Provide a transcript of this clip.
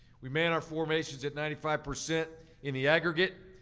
we man our formations at ninety five percent in the aggregate,